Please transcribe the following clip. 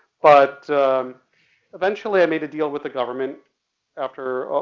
but eventually i made a deal with the government after,